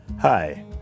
Hi